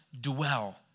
dwell